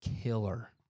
killer